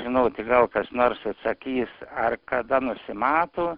žinoti gal kas nors atsakys ar kada nusimato